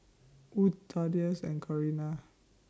Wood Thaddeus and Corrina